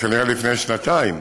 וכנראה לפני שנתיים: